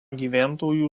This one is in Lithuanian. gyventojų